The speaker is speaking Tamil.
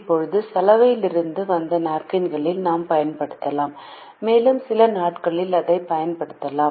இப்போது சலவையிலிருந்து வந்த நாப்கின்களையும் நாம் பயன்படுத்தலாம் மேலும் சில நாட்களில் அதைப் பயன்படுத்தலாம்